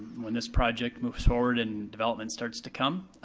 when this project moves forward and development starts to come,